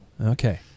Okay